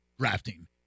drafting